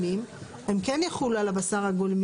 כן,